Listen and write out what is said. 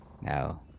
No